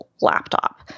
laptop